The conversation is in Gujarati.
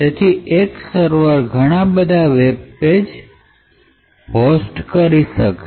જેથી એક સર્વર ઘણા બધા વેબ પેજ હોસ્ત્ત કરશે